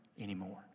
anymore